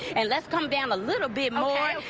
and let's come down a little bit more.